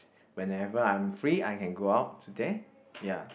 whenever I'm free I can go out to there ya